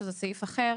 שזה סעיף אחר,